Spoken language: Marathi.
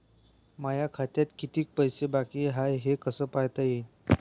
माया खात्यात कितीक पैसे बाकी हाय हे कस पायता येईन?